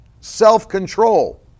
self-control